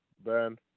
Ben